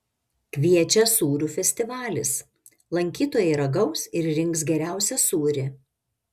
kviečia sūrių festivalis lankytojai ragaus ir rinks geriausią sūrį